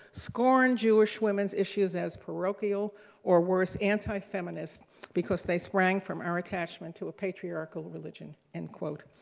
scorned jewish women's issues as parochial or worse, anti-feminist because they sprang from erin cashman to a patriarchal religion, end quote.